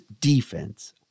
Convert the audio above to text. defense